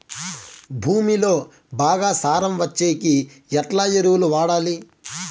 భూమిలో బాగా సారం వచ్చేకి ఎట్లా ఎరువులు వాడాలి?